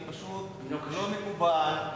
זה פשוט לא מקובל.